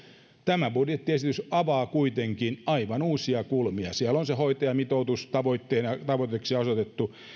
tämä budjettiesitys avaa kuitenkin aivan uusia kulmia siellä on se hoitajamitoitus tavoitteeksi asetettu